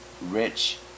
rich